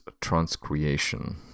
transcreation